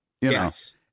Yes